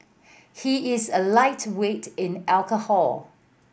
he is a lightweight in alcohol